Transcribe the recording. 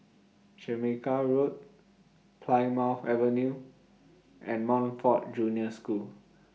Jamaica Road Plymouth Avenue and Montfort Junior School